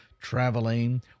traveling